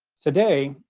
today,